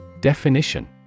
Definition